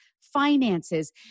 finances